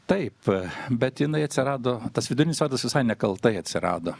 taip bet jinai atsirado tas vidinis vardas visai nekaltai atsirado